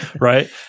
right